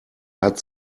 hat